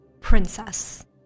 princess